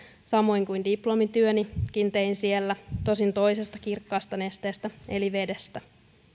samoin kuin diplomityönikin tein siellä tosin toisesta kirkkaasta nesteestä eli vedestä